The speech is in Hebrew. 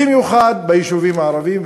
במיוחד ביישובים הערביים.